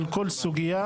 כן,